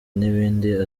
n’ibindi